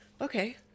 Okay